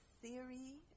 Theory